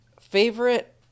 favorite